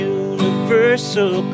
universal